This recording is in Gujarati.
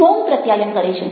મૌન પ્રત્યાયન કરે છે